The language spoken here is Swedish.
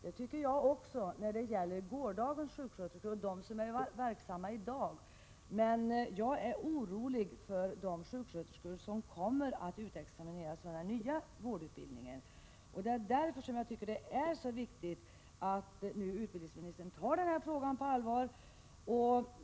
Det tycker även jag när det gäller gårdagens sjuksköterskor och dem som är verksamma i dag. Men jag är orolig för de sjuksköterskor som kommer att utexamineras från den nya vårdutbildningen. Därför är det så viktigt att utbildningsministern tar denna fråga på allvar.